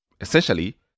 Essentially